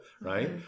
Right